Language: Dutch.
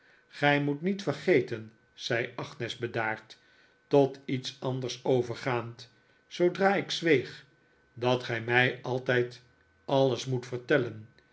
gij moet niet vergeten zei agnes bedaard tot iets anders overgaand zoodra ik zweeg dat gij mij altijd alles moet vertellen